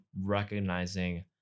recognizing